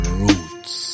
roots